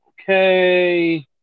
okay